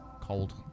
Cold